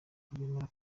rwemera